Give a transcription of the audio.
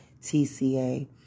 TCA